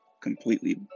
completely